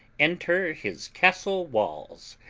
enter his castle walls.